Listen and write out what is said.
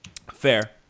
Fair